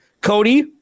Cody